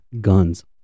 guns